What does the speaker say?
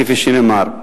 כפי שנאמר.